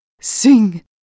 Sing